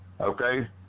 Okay